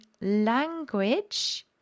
language